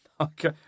Okay